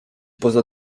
poza